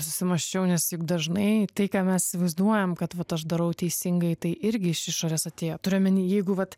susimąsčiau nes juk dažnai tai ką mes vaizduojam kad vat aš darau teisingai tai irgi iš išorės atėjo turiu omeny jeigu vat